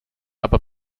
aber